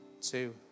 two